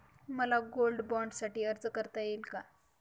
मला गोल्ड बाँडसाठी अर्ज करता येईल का?